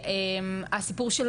הסיפור של